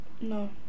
no